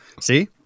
See